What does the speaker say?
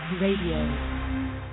Radio